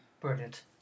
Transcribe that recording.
Brilliant